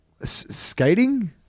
skating